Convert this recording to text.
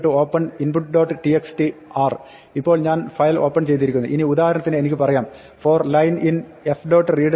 txt" "r" ഇപ്പോൾ ഞാൻ file open ചെയ്തിരിക്കുന്നു ഇനി ഉദാഹരണത്തിന് എനിക്ക് പറയാം for line in f